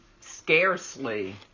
scarcely